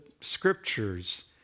scriptures